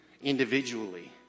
individually